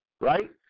right